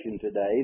today